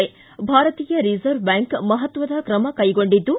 ಭಾರತೀಯ reserve bank ಮಹತ್ವದ ಕ್ರಮಕ್ಟೆಗೊಂಡಿದ್ದು